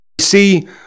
See